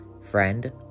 Friend